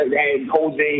Jose